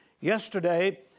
yesterday